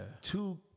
two